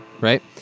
Right